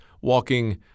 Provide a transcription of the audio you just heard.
walking